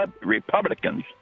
Republicans